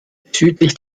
südlich